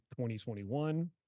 2021